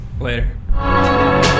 Later